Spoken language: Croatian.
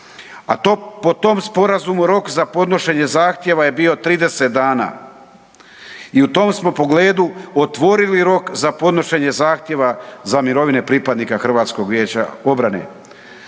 g. a po tom sporazumu, rok za podnošenje zahtjev je bio 30 dana i u tom smo pogledu otvorili rok za podnošenje zahtjev za mirovine pripadnika HVO-a. Dakle,